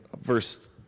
verse